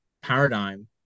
paradigm